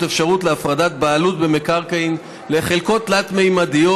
אפשרות להפרדת בעלות במקרקעין לחלקות תלת-ממדיות,